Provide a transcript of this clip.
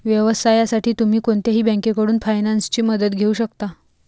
व्यवसायासाठी तुम्ही कोणत्याही बँकेकडून फायनान्सची मदत घेऊ शकता